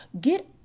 get